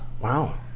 Wow